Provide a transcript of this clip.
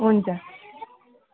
हुन्छ